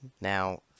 now